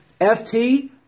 FT